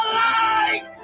light